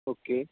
okay